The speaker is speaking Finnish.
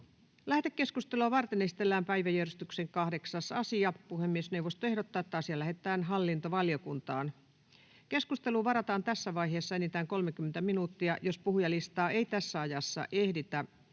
Lähetekeskustelua varten esitellään päiväjärjestyksen 8. asia. Puhemiesneuvosto ehdottaa, että asia lähetetään hallintovaliokuntaan. Keskusteluun varataan tässä vaiheessa enintään 30 minuuttia. Jos puhujalistaa ei tässä ajassa ehditä